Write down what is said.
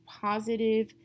positive